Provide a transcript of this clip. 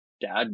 dad